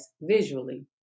visually